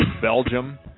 Belgium